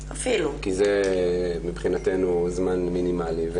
כי מבחינתנו זה זמן מינימלי.